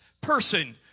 person